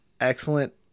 Excellent